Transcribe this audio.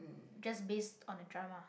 just based on a drama